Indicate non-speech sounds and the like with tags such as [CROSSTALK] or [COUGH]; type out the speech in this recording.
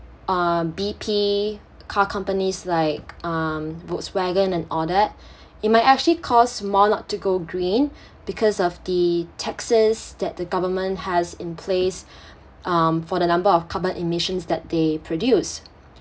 um B_P car companies like um Volkswagen and all that [BREATH] it might actually cost more not to go green [BREATH] because of the taxes that the government has in place [BREATH] um for the number of carbon emissions that they produce